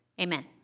Amen